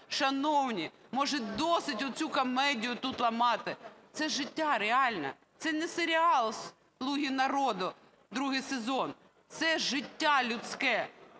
Шановні, може, досить оцю комедію тут ламати? Це життя реальне. Це не серіал "Слуга народу", другий сезон. Це ж життя людське.